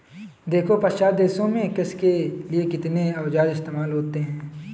देखो पाश्चात्य देशों में कृषि के लिए कितने औजार इस्तेमाल होते हैं